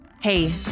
Hey